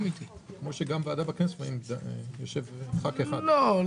זה כך גם